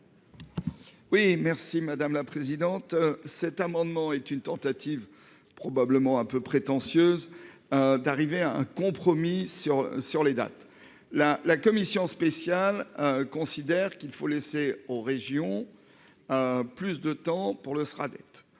Oui merci madame la présidente. Cet amendement est une tentative, probablement un peu prétentieuse. D'arriver à un compromis sur sur les dates. La, la commission spéciale considère qu'il faut laisser aux régions. Plus de temps pour le